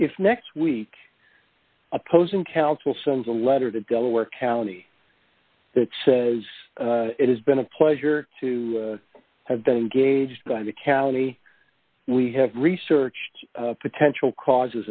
if next week opposing counsel sends a letter to delaware county it says it has been a pleasure to have been engaged by the county we have researched potential causes